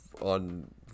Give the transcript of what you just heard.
on